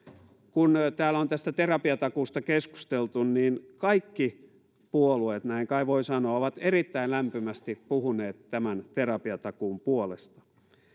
kun täällä on tästä terapiatakuusta keskusteltu niin kaikki puolueet näin kai voi sanoa ovat erittäin lämpimästi puhuneet terapiatakuun puolesta